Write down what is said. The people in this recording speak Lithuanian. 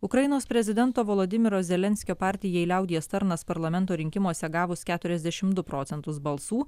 ukrainos prezidento volodymyro zelenskio partijai liaudies tarnas parlamento rinkimuose gavus keturiasdešim du procentus balsų